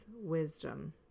wisdom